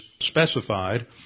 specified